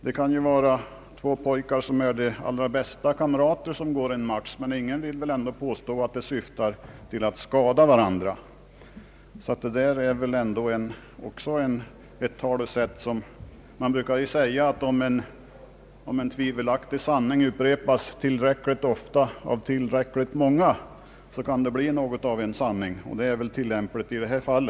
Det kan hända att två pojkar som är de allra bästa kamrater går en match, men ingen vill väl påstå att de syftar till att skada varandra. Man brukar säga att om ett tvivelaktigt påstående upprepas tillräckligt ofta av tillräckligt många, kan det bli något av en sanning, och det är väl tillämpligt i detta fall.